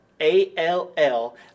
A-L-L